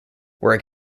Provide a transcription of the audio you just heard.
were